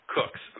Cooks